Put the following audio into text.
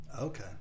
okay